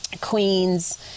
Queens